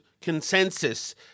consensus